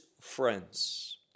friends